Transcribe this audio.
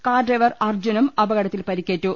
car driver അർജ്ജുനും അപകടത്തിൽ പരിക്കേറ്റു